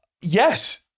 yes